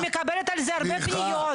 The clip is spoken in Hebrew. אני מקבלת על זה הרבה פניות.